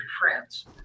France